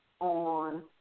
on